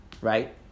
right